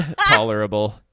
tolerable